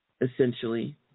essentially